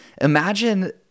imagine